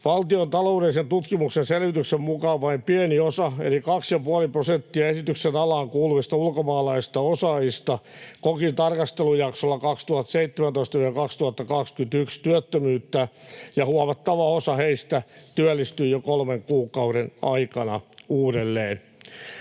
Valtion taloudellisen tutkimuskeskuksen selvityksen mukaan vain pieni osa eli 2,5 prosenttia esityksen alaan kuuluvista ulkomaalaisista osaajista koki tarkastelujaksolla 2017—2021 työttömyyttä ja huomattava osa heistä työllistyi jo kolmen kuukauden aikana uudelleen.